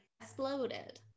exploded